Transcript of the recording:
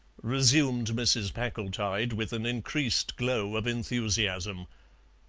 resumed mrs. packletide, with an increased glow of enthusiasm.